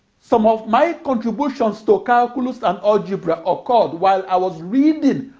some of my contributions to calculus and algebra occurred while i was reading,